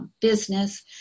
business